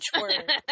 word